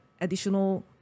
additional